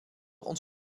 ons